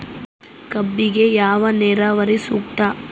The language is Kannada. ಕಬ್ಬಿಗೆ ಯಾವ ನೇರಾವರಿ ಸೂಕ್ತ?